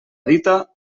dita